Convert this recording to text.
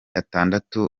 atandatu